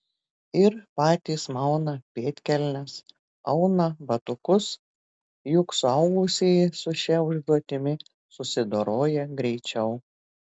ir patys mauna pėdkelnes auna batukus juk suaugusieji su šia užduotimi susidoroja greičiau